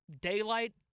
daylight